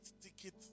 ticket